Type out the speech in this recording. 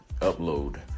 upload